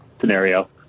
scenario